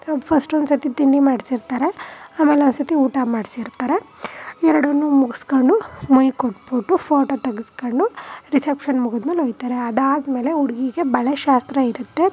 first ಒಂದ್ಸರ್ತಿ ತಿಂಡಿ ಮಾಡಿಸಿರ್ತಾರೆ ಆಮೇಲೆ ಒಂದ್ಸರ್ತಿ ಊಟ ಮಾಡಿಸಿರ್ತಾರೆ ಎರಡನ್ನೂ ಮುಗಿಸ್ಕೊಂಡು ಮುಯ್ಯಿ ಕೊಟ್ಬಿಟ್ಟು ಫೋಟೋ ತೆಗೆಸ್ಕೊಂಡು ರಿಸೆಪ್ಷನ್ ಮುಗಿದ್ಮೇಲೆ ಹೋಗ್ತಾರೆ ಅದಾದ್ಮೇಲೆ ಹುಡ್ಗಿಗೆ ಬಳೆ ಶಾಸ್ತ್ರ ಇರುತ್ತೆ